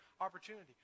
opportunity